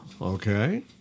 okay